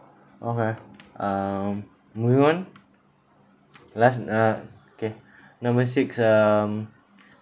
okay um moving on last uh okay number six um